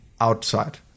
outside